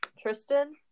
Tristan